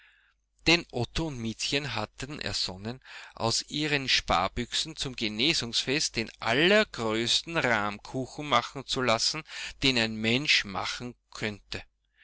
denn otto und miezchen hatten ersonnen aus ihren sparbüchsen zum genesungsfest den allergrößten rahmkuchen machen zu lassen den ein mensch machen könnte